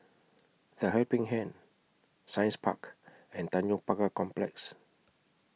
The Helping Hand Science Park and Tanjong Pagar Complex